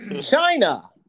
China